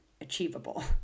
achievable